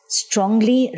strongly